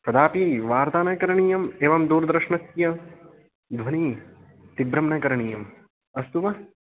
कदापि वार्ता न करणीयम् एवं दूरदर्षणस्य ध्वनिः तीव्रं न करणीयम् अस्तु वा